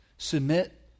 Submit